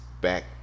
back